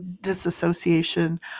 disassociation